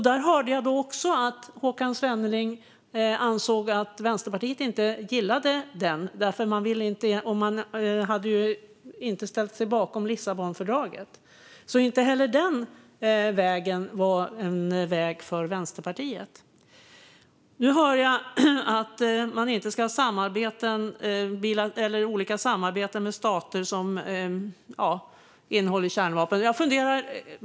Jag hörde Håkan Svenneling säga att Vänsterpartiet inte gillade den, och man hade inte ställt sig bakom Lissabonfördraget. Inte heller detta var alltså en väg för Vänsterpartiet. Nu säger man att vi inte ska ha olika samarbeten med stater som har kärnvapen.